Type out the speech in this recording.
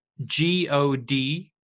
G-O-D